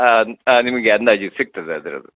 ಹಾಂ ಹಾಂ ನಿಮಗೆ ಅಂದಾಜು ಸಿಗ್ತದೆ ಅದ್ರಲ್ಲಿ